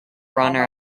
runner